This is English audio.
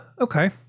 Okay